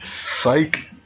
Psych